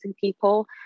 people